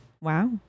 Wow